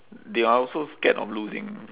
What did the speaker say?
they are also scared of losing